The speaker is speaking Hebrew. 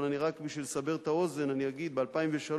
אבל רק כדי לסבר את האוזן אני אגיד: ב-2003